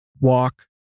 walk